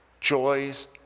joys